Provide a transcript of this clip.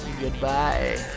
Goodbye